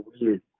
weird